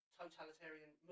totalitarian